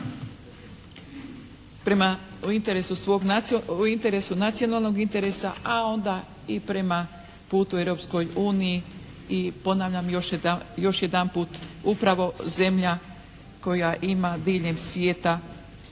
prema interesu nacionalnog interesa, a onda i prema putu Europskoj uniji i ponavljam još jedanput upravo zemlja koja ima diljem svijeta